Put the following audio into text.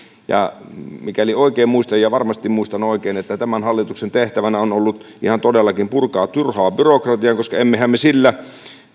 mikäli oikein muistan ja varmasti muistan oikein tämän hallituksen tehtävänä on ollut ihan todellakin purkaa turhaa byrokratiaa koska emmehän me jos